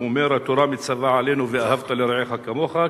הוא אומר: התורה מצווה עלינו "ואהבת לרעך כמוך",